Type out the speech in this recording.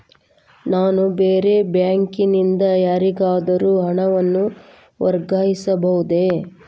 ನಾನು ಬೇರೆ ಬ್ಯಾಂಕ್ ನಿಂದ ಯಾರಿಗಾದರೂ ಹಣವನ್ನು ವರ್ಗಾಯಿಸಬಹುದೇ?